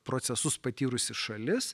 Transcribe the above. procesus patyrusi šalis